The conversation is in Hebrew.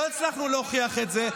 לא הצלחנו להוכיח את זה,